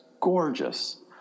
gorgeous